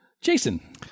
Jason